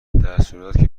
درصورتیکه